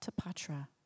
Tapatra